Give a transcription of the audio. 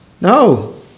No